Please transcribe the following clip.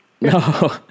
no